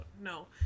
No